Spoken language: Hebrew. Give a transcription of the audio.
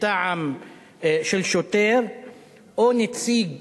שוטר או נציג